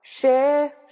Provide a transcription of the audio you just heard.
share